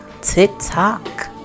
TikTok